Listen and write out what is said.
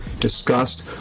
discussed